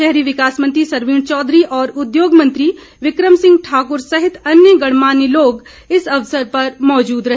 शहरी विकास मंत्री सरवीण चौधरी और उद्योग मंत्री बिकम सिंह ठाकुर सहित अन्य गणमान्य लोग इस अवसर पर मौजूद रहे